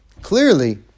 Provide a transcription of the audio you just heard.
clearly